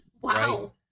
Wow